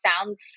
sound